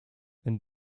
wenn